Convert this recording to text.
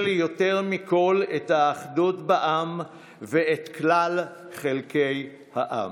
יותר מכול את האחדות בעם ואת כלל חלקי העם.